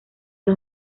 los